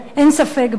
אין ספק בזה,